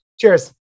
Cheers